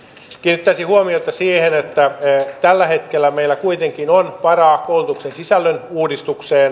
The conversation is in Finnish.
kiinnittäisin huomiota siihen että tällä hetkellä meillä kuitenkin on varaa koulutuksen sisällön uudistukseen